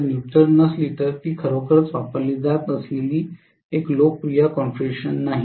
जर न्यूट्रल नसली तर ती खरोखर वापरली जात असलेली एक लोकप्रिय कॉन्फिगरेशन नाही